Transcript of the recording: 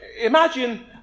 Imagine